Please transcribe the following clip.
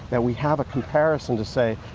that we have a comparison to say,